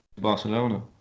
Barcelona